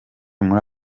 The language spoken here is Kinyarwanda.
muri